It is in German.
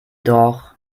doch